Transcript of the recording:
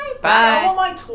Bye